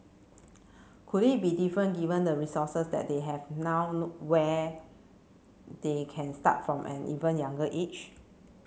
could it be different given the resources that they have now where they can start from an even younger age